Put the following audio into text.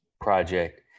project